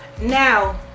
Now